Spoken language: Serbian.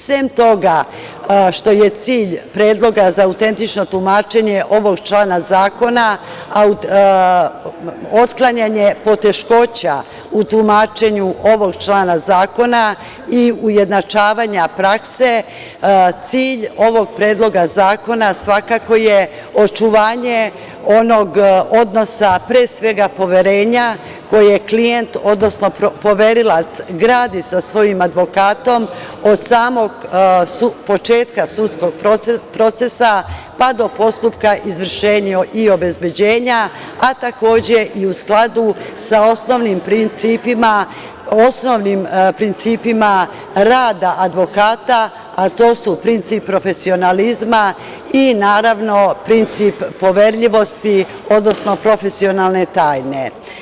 Sem toga, što je cilj Predloga za autentično tumačenje ovog člana zakona, otklanjanje poteškoća u tumačenju ovog člana zakona i ujednačavanja prakse, cilj ovog Predloga zakona svakako je očuvanje onog odnosa, pre svega poverenja, koje klijent, odnosno poverilac gradi sa svojim advokatom od samog početka sudskog procesa, pa do postupka izvršenja i obezbeđenja, a takođe i u skladu sa osnovnim principima rada advokata, a to su princip profesionalizma i naravno princip poverljivosti, odnosno profesionalne tajne.